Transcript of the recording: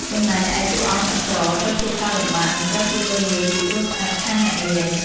ចំណែកឯតួអង្គអ្នកក្រត្រូវជួបការលំបាក និងត្រូវគេមើលងាយពីគ្រួសារខាងអ្នកមាន។